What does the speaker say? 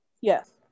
Yes